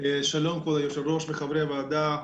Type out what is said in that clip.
כבוד היושב-ראש וחברי הוועדה,